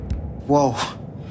Whoa